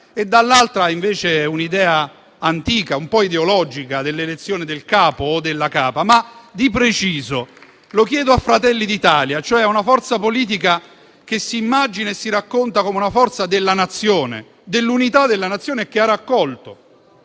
dall'altra, invece, vi è un'idea antica, un po' ideologica, dell'elezione del capo (o della capa). Di preciso, vorrei rivolgermi a Fratelli d'Italia, cioè a una forza politica che si immagina e si racconta come forza della Nazione e dell'unità della Nazione, che ha raccolto